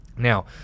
Now